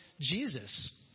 Jesus